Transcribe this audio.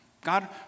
God